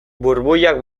burbuilak